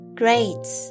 grades